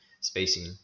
spacing